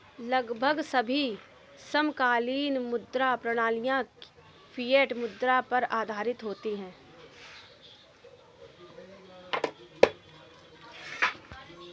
लगभग सभी समकालीन मुद्रा प्रणालियाँ फ़िएट मुद्रा पर आधारित होती हैं